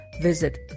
visit